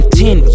ten